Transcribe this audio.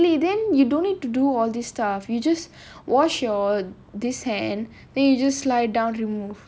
daily then you don't need to do all this stuff you just wash your this hand then you just slide down remove